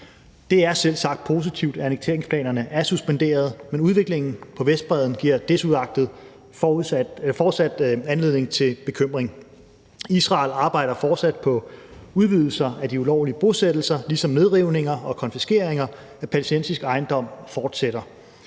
Det er selvsagt positivt, at annekteringsplanerne er suspenderet, men udviklingen på Vestbredden giver desuagtet fortsat anledning til bekymring. Israel arbejder fortsat på udvidelser af de ulovlige bosættelser, ligesom nedrivninger og konfiskeringer af palæstinensisk ejendom fortsætter.